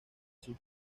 sus